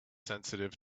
sensitive